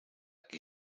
qui